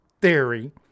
theory